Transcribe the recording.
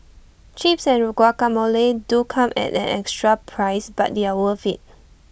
chips and guacamole do come at an extra price but they're worth IT